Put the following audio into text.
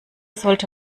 sollte